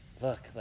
look